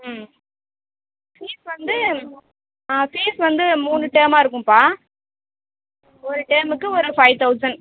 ம் ஃபீஸ் வந்து ஃபீஸ் வந்து மூணு டேர்மாக இருக்கும்ப்பா ஒரு டேர்முக்கு ஒரு ஃபைவ் தௌசண்ட்